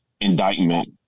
indictment